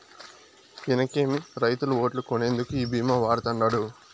ఇనకేమి, రైతుల ఓట్లు కొనేందుకు ఈ భీమా వాడతండాడు